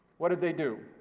what did they do?